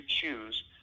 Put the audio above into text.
choose